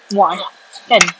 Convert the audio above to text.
muak eh kan